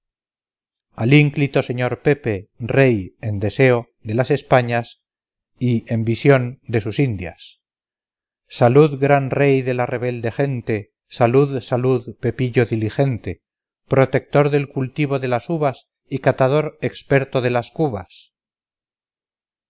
al ínclito sr pepe rey en deseo de las españas y en visión de sus indias salud gran rey de la rebelde gente salud salud pepillo diligente protector del cultivo de las uvas y catador experto de las cubas